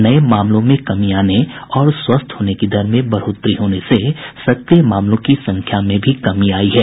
नये मामलों में कमी आने और स्वस्थ होने की दर में बढ़ोतरी होने से सक्रिय मामलों की संख्या में भी कमी आयी है